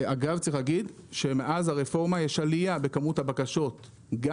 אגב צריך להגיד שמאז הרפורמה יש עלייה בכמות הבקשות גם